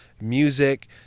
music